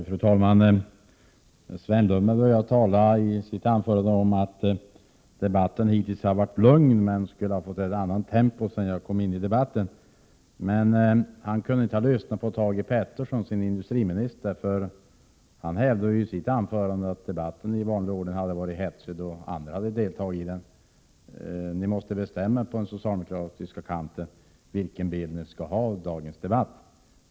Fru talman! Sven Lundberg sade i sitt anförande att debatten dittills hade varit lugn men att den skulle ha fått ett annat tempo sedan jag kom in i den. Han måtte inte ha hört att industriministern i sitt anförande hävdade att debatten i vanlig ordning hade varit hetsig när andra talare hade deltagit i den. Ni måste på den socialdemokratiska kanten bestämma er för vilken bild ni skall ha av dagens debatt.